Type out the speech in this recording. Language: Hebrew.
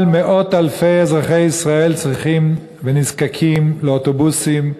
אבל מאות אלפי אזרחי ישראל צריכים ונזקקים לאוטובוסים.